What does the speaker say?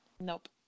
Nope